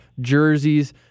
jerseys